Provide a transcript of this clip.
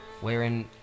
wherein